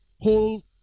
whole